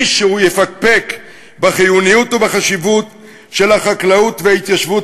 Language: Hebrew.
מישהו יפקפק בחיוניות ובחשיבות של החקלאות וההתיישבות